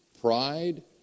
pride